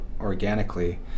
organically